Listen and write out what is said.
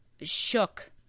shook